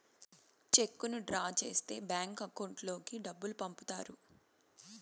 చెక్కును డ్రా చేస్తే bank account లోకి డబ్బులు పంపుతారు